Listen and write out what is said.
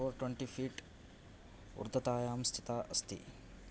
for twenty feet ऊर्ध्वतायां स्थिता अस्ति